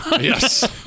Yes